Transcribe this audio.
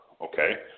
okay